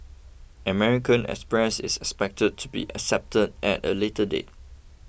American Express is expected to be accepted at a later date